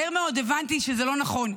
מהר מאוד הבנתי שזה לא נכון,